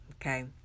Okay